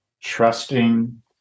trusting